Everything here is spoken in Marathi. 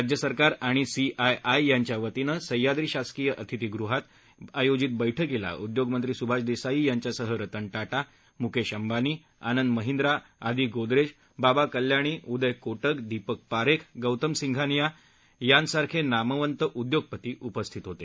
राज्य सरकार आणि सीआयआय यांच्या वतीनं सहयाद्री शासकीय अतिथीग़हात आयोजित बैठकिला उदयोगमंत्री सुभाष देसाई यांच्यासह रतन टाटा म्केश अंबानी आनंद महिंद्रा आदि गोदरेज बाबा कल्याणी उदय कोटक दीपक पारेख गौतम सिंघानिया बाबा कल्याणी यांसारखे नामवंत उद्योगपती उपस्थित होते